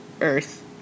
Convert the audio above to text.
Earth